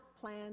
plan